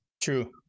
True